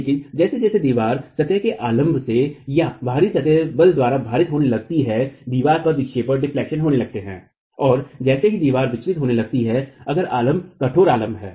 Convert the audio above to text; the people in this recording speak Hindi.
लेकिन जैसे जैसे दीवार सतह के लम्बरूप से या बाहरी सतह बल द्वारा भारित होने लगती है दीवार पर विक्षेपण होने लगते हैं और जैसे ही दीवार विचलन होने लगती हैअगर आलम्ब कठोर आलम्ब हैं